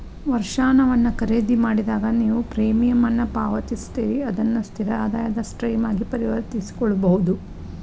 ವರ್ಷಾಶನವನ್ನ ಖರೇದಿಮಾಡಿದಾಗ, ನೇವು ಪ್ರೇಮಿಯಂ ಅನ್ನ ಪಾವತಿಸ್ತೇರಿ ಅದನ್ನ ಸ್ಥಿರ ಆದಾಯದ ಸ್ಟ್ರೇಮ್ ಆಗಿ ಪರಿವರ್ತಿಸಕೊಳ್ಬಹುದು